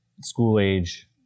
school-age